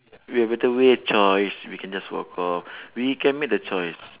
we have better way choice we can just walk off we can make the choice